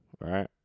right